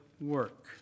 work